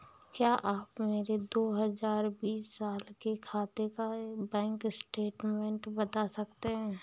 क्या आप मेरे दो हजार बीस साल के खाते का बैंक स्टेटमेंट बता सकते हैं?